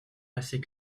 assez